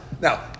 Now